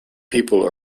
people